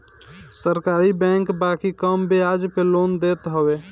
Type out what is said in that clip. सरकारी बैंक बाकी कम बियाज पे लोन देत हवे